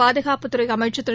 பாதுகாப்புத்துறை அமைச்சா் திரு